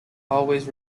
always